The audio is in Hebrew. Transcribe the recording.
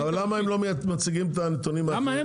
למה הם לא מציגים נתונים?